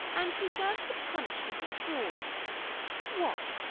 and deserves the punishment of fraud what,